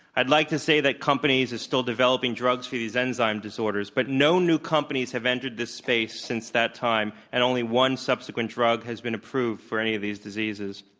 i'd like to say that companies are still developing drugs for these enzyme disorders, but no new companies have entered this space since that time. and only one subsequent drug has been approved for any of these diseases.